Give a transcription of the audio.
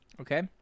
Okay